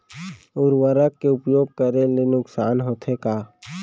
उर्वरक के उपयोग करे ले नुकसान होथे का?